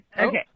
okay